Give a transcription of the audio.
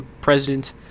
President